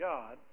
God